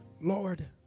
Lord